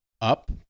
up